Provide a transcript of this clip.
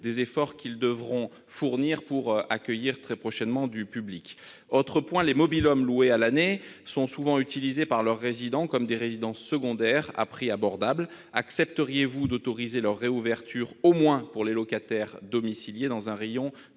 des efforts qu'ils devront fournir pour accueillir très prochainement du public. En outre, les mobil-homes loués à l'année sont souvent utilisés comme des résidences secondaires à prix abordable. Accepteriez-vous d'autoriser leur réouverture, au moins pour les locataires domiciliés dans un rayon